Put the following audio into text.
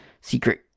secret